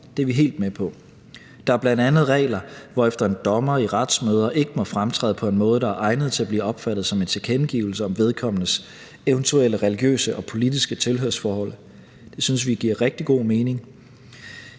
Det er vi helt med på. Der er bl.a. regler, hvorefter en dommer i retsmøder ikke må fremtræde på en måde, der er egnet til at blive opfattet som en tilkendegivelse om vedkommendes eventuelle religiøse og politiske tilhørsforhold. Det synes vi giver rigtig god mening.